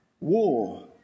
war